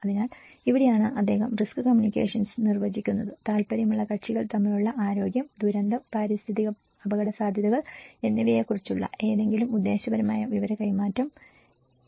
അതിനാൽ ഇവിടെയാണ് അദ്ദേഹം റിസ്ക് കമ്മ്യൂണിക്കേഷൻ നിർവചിക്കുന്നത് താൽപ്പര്യമുള്ള കക്ഷികൾ തമ്മിലുള്ള ആരോഗ്യം ദുരന്തം പാരിസ്ഥിതിക അപകടസാധ്യതകൾ എന്നിവയെക്കുറിച്ചുള്ള ഏതെങ്കിലും ഉദ്ദേശ്യപരമായ വിവര കൈമാറ്റം എന്നാണ്